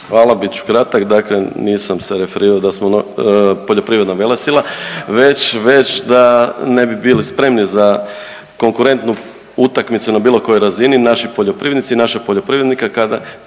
Hvala. Bit ću kratak, dakle nisam se referirao da smo poljoprivredna velesila već, već da ne bi bili spremni za konkurentnu utakmicu na bilo kojoj razini naši poljoprivrednici, naših poljoprivrednika